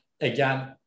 again